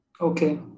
Okay